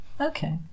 Okay